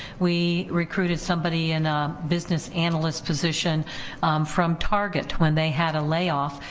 we recruited somebody in a business analyst position from target, when they had a layoff.